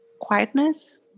quietness